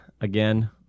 again